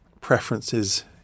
preferences